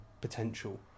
potential